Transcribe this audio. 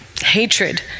hatred